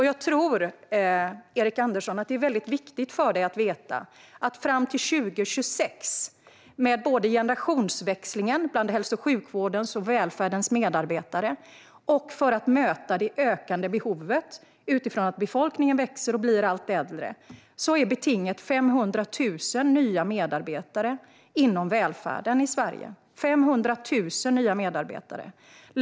Jag tror, Erik Andersson, att det är väldigt viktigt för dig att veta att fram till 2026 - det handlar både om generationsväxlingen bland hälso och sjukvårdens och välfärdens medarbetare och om att möta det ökande behovet utifrån att befolkningen växer och blir allt äldre - är betinget 500 000 nya medarbetare inom välfärden i Sverige.